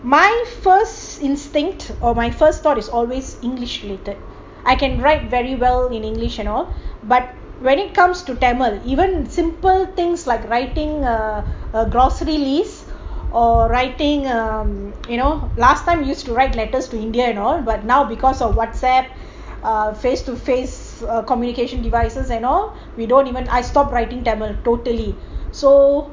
my first instinct or my first thought is always english related I can write very well in english and all but when it comes to tamil even simple things like writing a a grocery lists or writing um you know last time used to write letters to india and all but now because of whatsapp ugh face to face communication devices and all we don't even I stop writing tamil totally so